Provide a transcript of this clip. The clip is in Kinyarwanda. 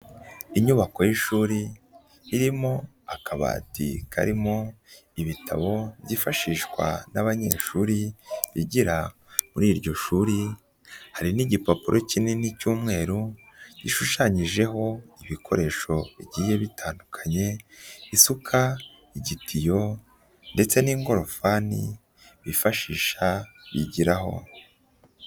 Inyubako y'ishuri irimo akabati karimo ibitabo byifashishwa n'abanyeshuri bigira muri iryo shuri, hari n'igipapuro kinini cy'umweru gishushanyijeho ibikoresho bigiye bitandukanye, isuka, igidiyo ndetse n'ingorofani bifashisha bigiraho.